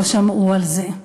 לא שמעו על זה.